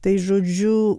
tai žodžiu